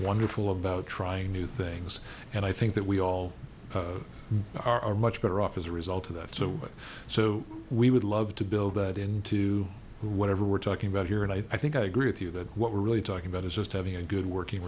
wonderful about trying new things and i think that we all are much better off as a result of that so much so we would love to build that into whatever we're talking about here and i think i agree with you that what we're really talking about is just having a good working